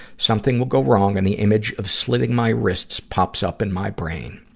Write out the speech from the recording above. something will go wrong, and the image of slitting my wrists pops up in my brain.